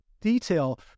detail